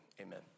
Amen